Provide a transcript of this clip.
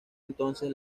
entonces